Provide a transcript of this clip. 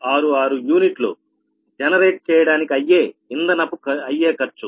66 యూనిట్లు జనరేట్ చేయడానికి అయ్యే ఇంధనపు ఖర్చు